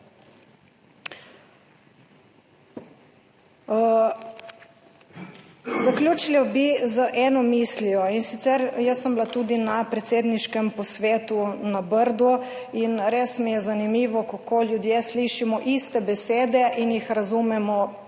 Zaključila bi z eno mislijo. In sicer, jaz sem bila tudi na predsedniškem posvetu na Brdu in res mi je zanimivo, kako ljudje slišimo iste besede in jih razumemo